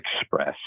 express